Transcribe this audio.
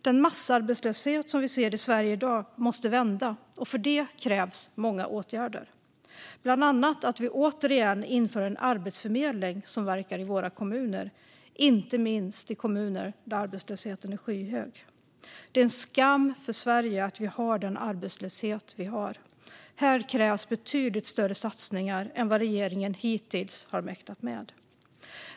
Den massarbetslöshet som vi ser i Sverige i dag måste vända, och för det krävs många åtgärder. Bland annat krävs det att vi återigen inför en arbetsförmedling som verkar i våra kommuner, inte minst i kommuner där arbetslösheten är skyhög. Det är en skam för Sverige att vi har den arbetslöshet vi har. Här krävs betydligt större satsningar än vad regeringen hittills har mäktat med.